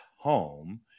home